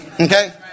Okay